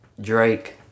Drake